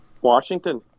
Washington